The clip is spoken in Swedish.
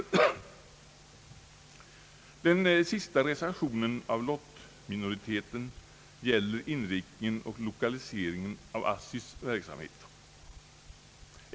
Den sista reservationen av lottminoriteten gäller inriktningen och lokaliseringen av ASSI:s verksamhet.